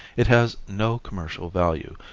it has no commercial value,